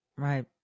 Right